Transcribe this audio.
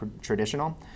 traditional